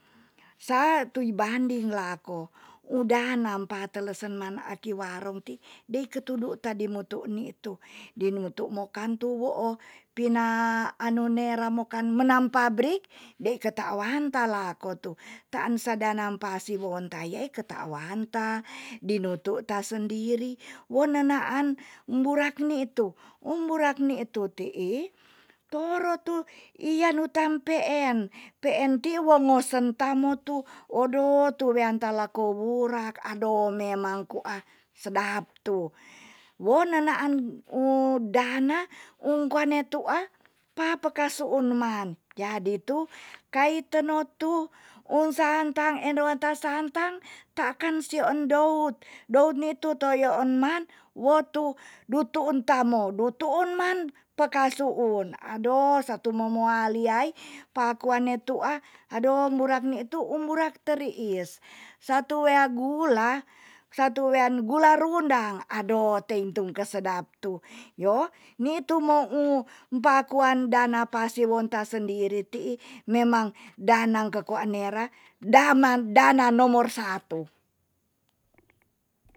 Sa tui banding lako udanam pa telesen man aki warong ti dei ketudu ta de moto nitu. de nutu mokan tu wo u pina anu nera mokan menam pabrik dei keta wanta lako tu taan sadanam pa siwon ta yaai keta wanta dino tuta sendiri wo nenaan mbu rak nitu. um burak nitu tii toro tu ian nutam peen. peen ti wo ngosen tamo tu odo tuwean ta lako wurak ado memang kua sedap tu. wo nenaan u dana. ung kuane tua pa peka suun man jadi tu kaiten notu un santang endoan ta santang takan sio endout. dout nitu toyo on man wo tu dutuun tamo dutuun man peka suun ado satu momoali yai pa koa netu a ado um burak nitu um burak teriis satu wea gula. satu wean gula runda ng ado teintung kesedap tu yo nitu mou mpakuan dana pa siwon ta sendiri tii memang danang kekoa nera dama dana nomor satu